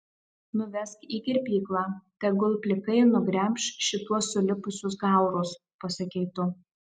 nuvesk į kirpyklą tegul plikai nugremš šituos sulipusius gaurus pasakei tu